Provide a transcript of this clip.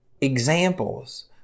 examples